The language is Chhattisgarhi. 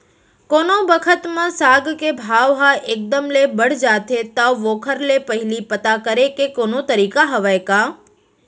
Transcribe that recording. कोनो बखत म साग के भाव ह एक दम ले बढ़ जाथे त ओखर ले पहिली पता करे के कोनो तरीका हवय का?